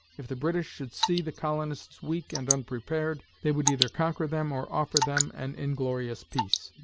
if the british should see the colonists weak and unprepared, they would either conquer them or offer them an inglorious peace.